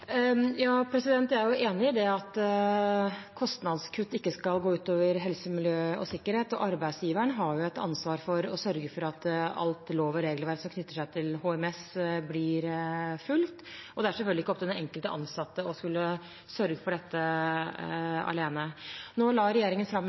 Jeg er enig i at kostnadskutt ikke skal gå ut over helse, miljø og sikkerhet. Arbeidsgiveren har et ansvar for å sørge for at alt lov- og regelverk som knytter seg til HMS, blir fulgt. Det er selvfølgelig ikke opp til den enkelte ansatte å skulle sørge for dette